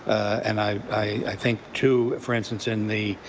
and i i think, too, for instance, in the